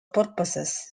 purposes